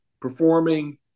performing